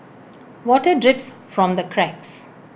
water drips from the cracks